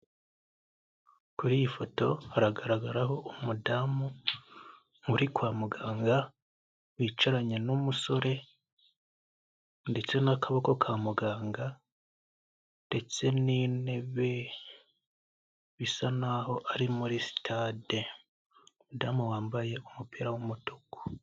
Kuri iyi foto hagaragaraho umudamu uri kwa muganga, wicaranye n'umusore ndetse n'akaboko ka muganga ndetse n'intebe bisa naho ari muri sitade, umudamu wambaye umupira w'umutuku.